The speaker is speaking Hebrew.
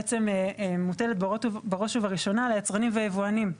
בעצם מוטלת בראש ובראשונה על היצרנים והיבואנים.